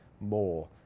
more